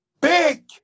big